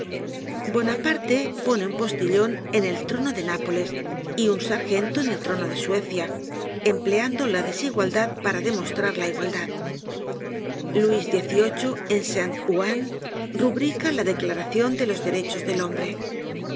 constitucional bonaparte pone un postilion en el trono de ñapoles y un sargento en el trono de suecia empleando la desigualdad para demostrar la igualdad luis xviii en saint ouen rubrica la declaracion de los derechos del hombre